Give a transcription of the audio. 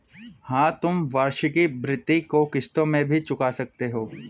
हाँ, तुम वार्षिकी भृति को किश्तों में भी चुका सकते हो